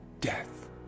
death